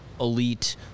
elite